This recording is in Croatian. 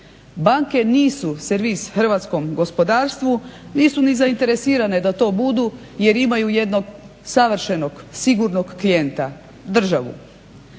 Banke nisu servis hrvatskom gospodarstvu, nisu ni zainteresirane da to budu, jer imaju jednog savršenog sigurnog klijenta, državu.